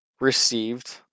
received